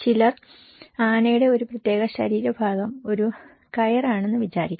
ചിലർ ആനയുടെ ഒരു പ്രത്യേക ശരീര ഭാഗം ഒരു കയറാണെന്ന് വിചാരിക്കുന്നു